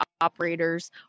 operators